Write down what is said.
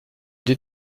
deux